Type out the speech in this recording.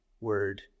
word